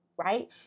right